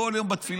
בכל יום בתפילה,